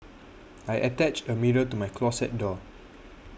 I attached a mirror to my closet door